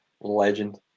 Legend